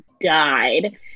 died